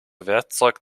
werkzeug